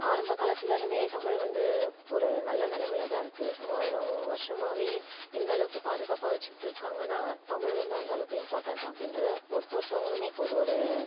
ஆரம்ப காலத்திலருந்தே தமிழ் வந்து ஒரு நல்ல நிலமைல தான் இருக்குது மூவாயிரம் வருஷமாகவே இந்தளவுக்கு பாதுகாப்பாக வச்சுகிட்டு இருக்காங்கன்னா தமிழ் வந்து அந்தளவுக்கு இம்பார்ட்டண்ட் அப்படின்றத ஒருத்த ஒருத்தவங்களுமே ஒரு ஒரு